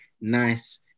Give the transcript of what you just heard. nice